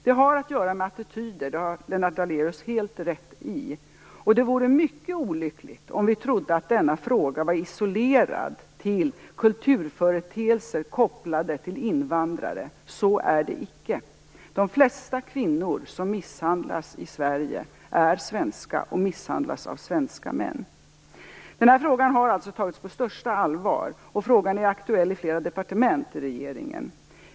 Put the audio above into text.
Det har att göra med attityder; det har Lennart Daléus helt rätt i. Det vore mycket olyckligt om vi trodde att denna fråga var isolerad till kulturföreteelser kopplade till invandrare. Så är det icke. De flesta kvinnor som misshandlas i Sverige är svenska och misshandlas av svenska män. Denna fråga har alltså tagits på största allvar. Frågan är aktuell i flera departement i regeringen.